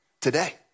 today